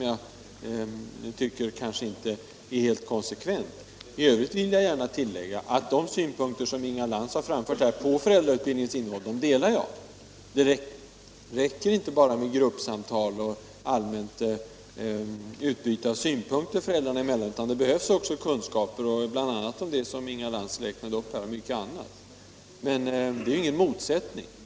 Jag tycker inte det är helt konsekvent. I övrigt vill jag gärna tillägga att jag delar de synpunkter som Inga Lantz här har framfört på föräldrautbildningens innehåll. Det räcker inte med gruppsamtal och allmänt utbyte av synpunkter föräldrar emellan, utan det behövs också kunskaper om det som Inga Lantz räknade upp och mycket annat. Där är det ingen motsättning mellan våra ståndpunkter.